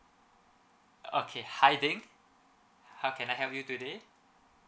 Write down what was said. okay hi ting how can I help you today